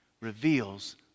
reveals